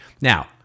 now